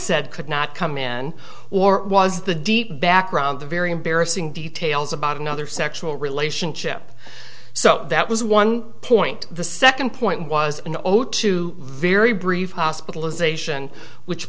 said could not come in or was the deep background the very embarrassing details about another sexual relationship so that was one point the second point was an old two very brief hospitalization